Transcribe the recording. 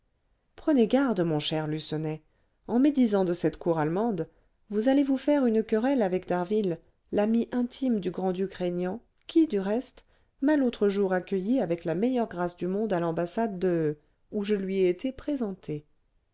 prenez garde mon cher lucenay en médisant de cette cour allemande vous allez-vous faire une querelle avec d'harville l'ami intime du grand-duc régnant qui du reste m'a l'autre jour accueilli avec la meilleure grâce du monde à l'ambassade de où je lui ai été présenté